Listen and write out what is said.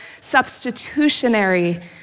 substitutionary